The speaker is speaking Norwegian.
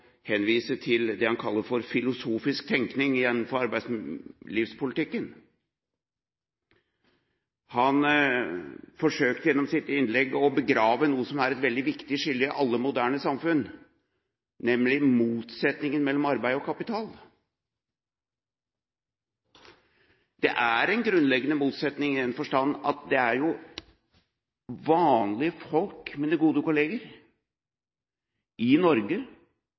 til det han kaller filosofisk tenkning innen arbeidslivspolitikken. Han forsøkte gjennom sitt innlegg å begrave noe som er et veldig viktig skille i alle moderne samfunn, nemlig motsetningen mellom arbeid og kapital. Det er en grunnleggende motsetning, i den forstand at det jo er vanlige folk – gode kolleger – i Norge